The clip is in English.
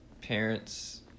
parents